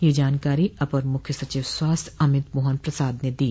यह जानकारी अपर मुख्य सचिव स्वास्थ्य अमित मोहन प्रसाद ने दी